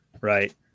Right